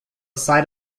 site